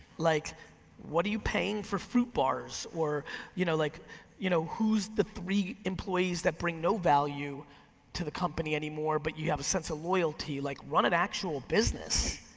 like what are you paying for fruit bars or you know like you know who's the three employees that bring no value to the company anymore but you have a sense of loyalty? like run an actual business.